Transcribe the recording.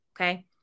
okay